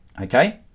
okay